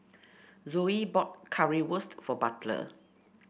Zoey bought Currywurst for Butler